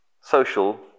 Social